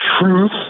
truth